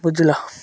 ବୁଝିଲ